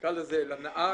נקרא לזה לנהג